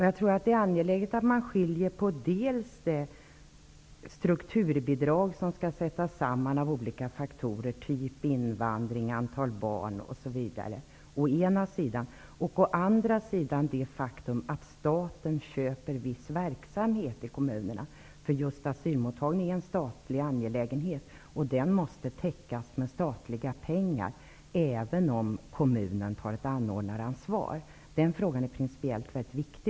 Jag tror att det är angeläget att skilja på å enda sidan det strukturbidrag som skall sättas samman -- med hänsyn till olika faktorer, som invandring, antal barn, osv. -- och å andra sidan det faktum att staten köper viss verksamhet i kommunerna. Asylmottagning är just en angelägenhet för staten, och den måste täckas med statliga medel, även om kommunen tar ett anordnaransvar. Jag upplever den frågan som principiellt väldigt viktig.